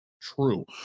true